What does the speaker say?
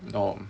no